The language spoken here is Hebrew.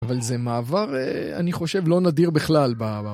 אבל זה מעבר, אני חושב, לא נדיר בכלל בעולם.